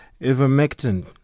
Ivermectin